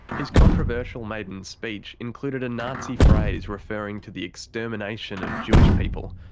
his controversial maiden speech included a nazi phrase referring to the extermination of jewish people.